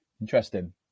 Interesting